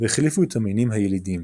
והחליפו את המינים הילידים.